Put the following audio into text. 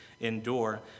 endure